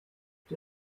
übt